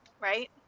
right